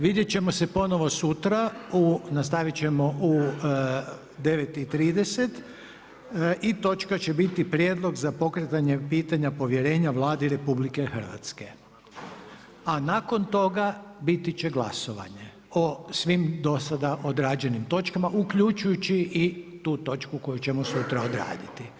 Vidjet ćemo se ponovno sutra, nastavit ćemo u 9 i 30 i točka će biti Prijedlog za pokretanje pitanja povjerenja Vladi RH a nakon toga biti će glasovanje o svim do sada odrađenim točkama uključujući i tu točku koju ćemo sutra odraditi.